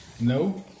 No